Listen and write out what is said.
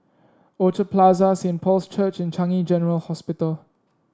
Orchard Plaza Saint Paul's Church and Changi General Hospital